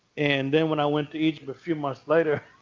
and then, when i went to egypt a few months later,